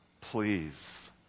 Please